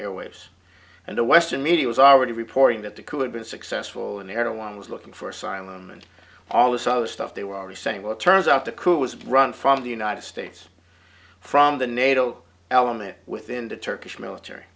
airwaves and the western media was already reporting that the coup had been successful and the airline was looking for asylum and all this other stuff they were already saying well it turns out the coup was run from the united states from the nato element within the turkish military